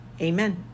Amen